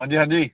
अंजी